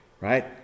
right